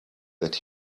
that